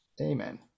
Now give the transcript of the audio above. Amen